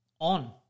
on